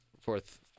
fourth